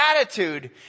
attitude